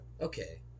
Okay